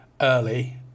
early